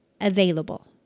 available